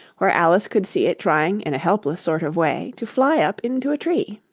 where alice could see it trying in a helpless sort of way to fly up into a tree.